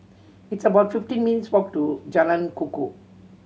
it's about fifty minutes' walk to Jalan Kukoh